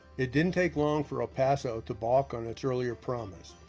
it didn't take long for el paso to balk on its earlier promise.